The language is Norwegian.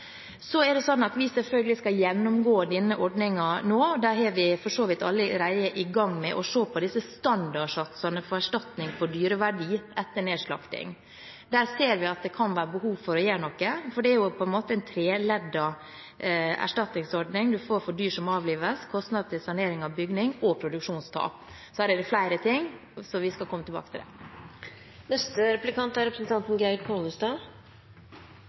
vi selvfølgelig gjennomgå denne ordningen nå. Der er vi for så vidt allerede i gang med å se på disse standardsatsene for erstatning på dyreverdi etter nedslakting. Der ser vi at det kan være behov for å gjøre noe, for det er på en måte en treleddet erstatningsordning, en får for dyr som må avlives, for kostnader til sanering av bygning og for produksjonstap. Her er det flere ting, så vi skal komme tilbake til